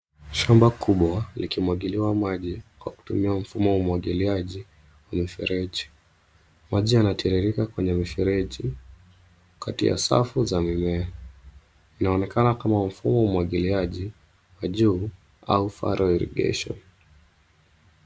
Shamba kubwa, likimwagiliwa maji, kwa kutumia mfumo wa umwagiliaji wa mifereji. Maji yanatiririka kwenye mifereji, kati ya safu za mimea. Inaonekana kama mfumo wa umwagiliaji wa juu, au furrow irrigation .